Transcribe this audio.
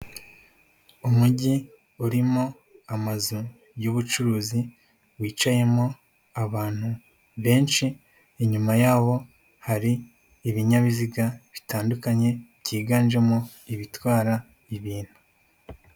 Umujyi urimo amazu y'ubucuruzi, wicayemo abantu benshi, inyuma yaho hari ibinyabiziga bitandukanye byiganjemo ibitwara ibintu.